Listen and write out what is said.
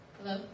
Hello